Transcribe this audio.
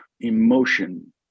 emotion